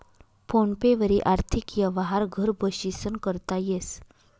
phone पे वरी आर्थिक यवहार घर बशीसन करता येस